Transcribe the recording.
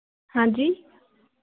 हाँ जी